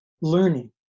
learning